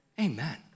Amen